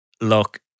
Look